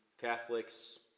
catholics